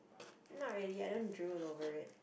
not really I don't drool over it